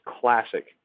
classic